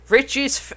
Richie's